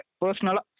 personal